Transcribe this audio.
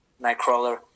Nightcrawler